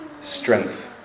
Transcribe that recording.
strength